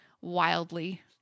wildly